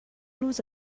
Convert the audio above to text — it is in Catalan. los